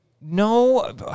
No